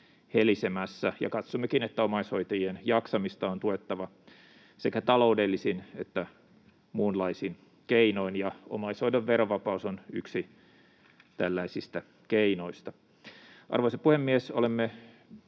helisemässä. Katsommekin, että omaishoitajien jaksamista on tuettava sekä taloudellisin että muunlaisin keinoin, ja omaishoidon verovapaus on yksi tällaisista keinoista. Arvoisa puhemies! Me